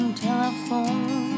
telephone